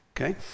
Okay